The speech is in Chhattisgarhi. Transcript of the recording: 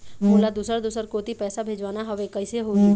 मोला दुसर दूसर कोती पैसा भेजवाना हवे, कइसे होही?